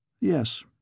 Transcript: Yes